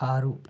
ఆరు